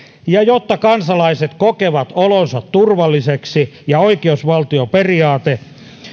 ja jotta kansalaiset kokevat olonsa turvalliseksi ja oikeusvaltioperiaate